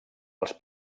els